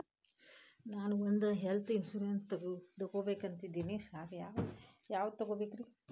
ನಾನ್ ಒಂದ್ health insurance ತಗಬೇಕಂತಿದೇನಿ sir ಯಾವದ ತಗಬೇಕ್ರಿ?